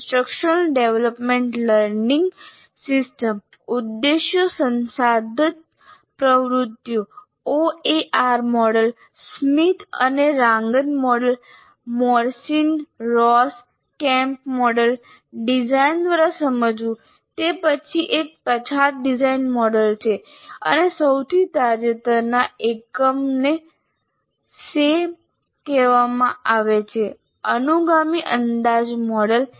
instructional development learning system ઉદ્દેશો સંસાધન પ્રવૃત્તિઓ OAR મોડેલ સ્મિથ અને Ragan model Morrison Ross Kemp model design દ્વારા સમજવું તે એક પછાત ડિઝાઇન મોડેલ છે અને સૌથી તાજેતરના એકને SAM કહેવામાં આવે છે અનુગામી અંદાજ મોડેલ